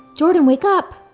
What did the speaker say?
jordan wake up.